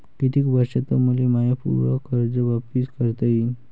कितीक वर्षात मले माय पूर कर्ज वापिस करता येईन?